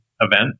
event